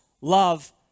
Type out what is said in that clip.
love